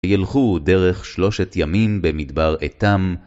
ילכו דרך שלושת ימים במדבר איתם.